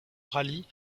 rallye